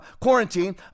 quarantine